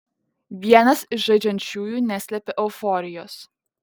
vienas iš žaidžiančiųjų neslepia euforijos